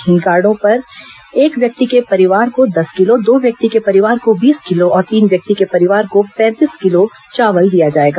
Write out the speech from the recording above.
इस कार्डो पर एक व्यक्ति के परिवार को दस किलो दो व्यक्ति के परिवार को बीस किलो और तीन व्यक्ति के परिवार को पैंतीस किलो चावल दिया जाएगा